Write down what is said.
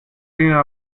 dinner